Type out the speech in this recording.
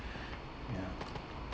ya